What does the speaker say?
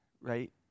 right